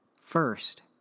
first